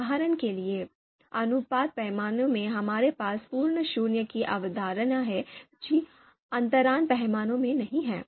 उदाहरण के लिए अनुपात पैमाने में हमारे पास पूर्ण शून्य की अवधारणा है जो अंतराल पैमाने में नहीं है